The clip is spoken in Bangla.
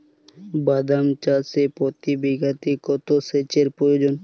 বাদাম চাষে প্রতি বিঘাতে কত সেচের প্রয়োজন?